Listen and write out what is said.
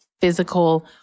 physical